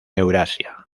eurasia